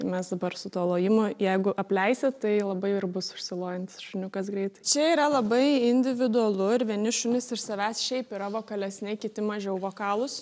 tai mes dabar su tuo lojimu jeigu apleisi tai labai ir bus užsilojantis šuniukas greitai čia yra labai individualu ir vieni šunys iš savęs šiaip yra vokalesni kiti mažiau vokalūs